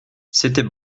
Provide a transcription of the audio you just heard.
c’était